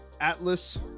Atlas